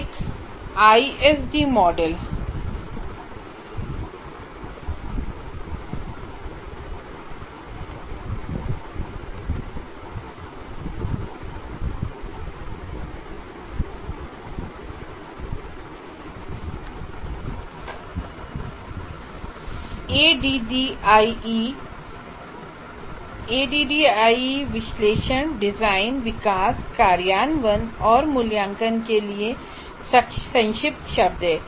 एक ISD model ADDIE ADDIE विश्लेषण design विकास कार्यान्वयन और मूल्यांकन के लिए एक संक्षिप्त शब्द है